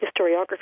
historiography